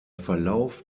verlauf